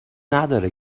نداره